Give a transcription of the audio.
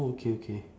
okay okay